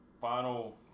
final